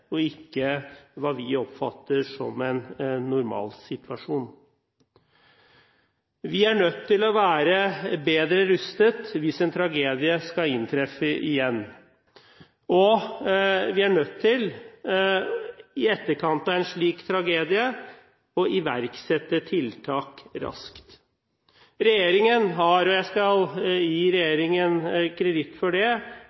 og ikke på hva vi oppfatter som en normalsituasjon. Vi er nødt til å være bedre rustet hvis en tragedie skulle inntreffe igjen. Vi er nødt til i etterkant av en slik tragedie å iverksette tiltak raskt. Regjeringen har – jeg skal gi